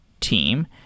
team